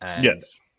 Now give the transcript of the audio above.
Yes